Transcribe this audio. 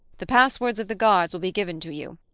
the passwords of the guards will be given to you.